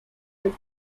del